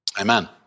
Amen